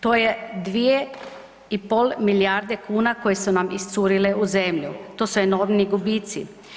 To je 2,5 milijarde kuna koje su nam iscurile u zemlju, to su enormni gubici.